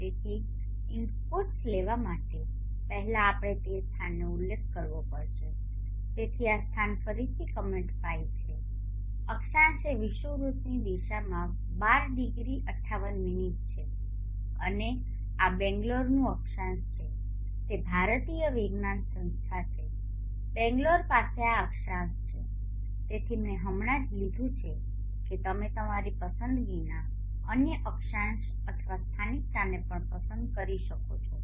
તેથી ઇનપુટ્સ લેવા માટે પહેલા આપણે તે સ્થાનનો ઉલ્લેખ કરવો પડશે તેથી આ સ્થાન ફરીથી કમેન્ટ ફાઇલ છે અક્ષાંશ એ વિષુવવૃત્તની દિશામાં 12 ડિગ્રી 58 મિનિટ છે અને આ બેંગ્લોરનું અક્ષાંશ છે તે ભારતીય વિજ્ઞાન સંસ્થા છે બેંગ્લોર પાસે આ અક્ષાંશ છે તેથી મેં હમણાં જ લીધું છે કે તમે તમારી પસંદગીના અન્ય અક્ષાંશ અથવા સ્થાનિકતાને પણ પસંદ કરી શકો છો